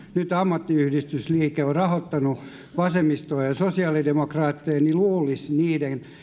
nyt kun ammattiyhdistysliike on rahoittanut vasemmistoa ja sosiaalidemokraatteja luulisi niiden